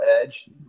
Edge